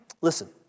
Listen